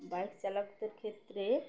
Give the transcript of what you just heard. bike চালকদের ক্ষেত্রে